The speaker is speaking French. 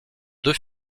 deux